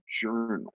journal